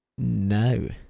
No